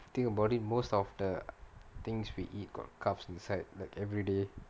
most of the things we eat got carbohydrates inside like everyday